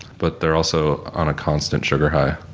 but they're also on a constant sugar high.